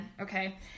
okay